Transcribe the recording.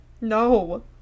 no